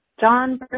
John